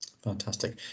Fantastic